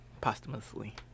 Posthumously